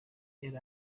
yari